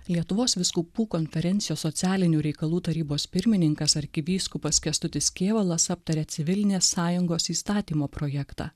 lietuvos vyskupų konferencijos socialinių reikalų tarybos pirmininkas arkivyskupas kęstutis kėvalas aptarė civilinės sąjungos įstatymo projektą